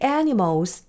animals